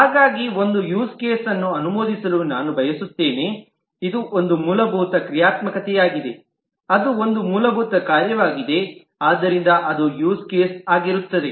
ಹಾಗಾಗಿ ಒಂದು ಯೂಸ್ ಕೇಸ್ನ್ನು ಅನುಮೋದಿಸಲು ನಾನು ಬಯಸುತ್ತೇನೆ ಇದು ಒಂದು ಮೂಲಭೂತ ಕ್ರಿಯಾತ್ಮಕತೆಯಾಗಿದೆ ಅದು ಒಂದು ಮೂಲಭೂತ ಕಾರ್ಯವಾಗಿದೆ ಆದ್ದರಿಂದ ಅದು ಯೂಸ್ ಕೇಸ್ ಆಗಿರುತ್ತದೆ